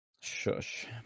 Shush